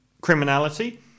criminality